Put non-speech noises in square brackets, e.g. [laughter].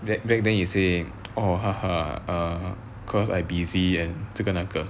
that back then you say orh [laughs] err cause I busy and 这个那个